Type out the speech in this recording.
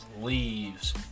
leaves